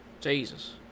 Jesus